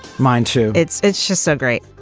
mine too. it's it's just so great.